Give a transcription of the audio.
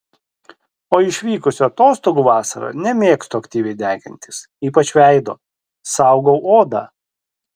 o išvykusi atostogų vasarą nemėgstu aktyviai degintis ypač veido saugau odą